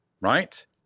right